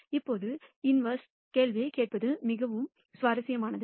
இப்போது இன்வெர்ஸ் கேள்வியைக் கேட்பது மிகவும் சுவாரஸ்யமானது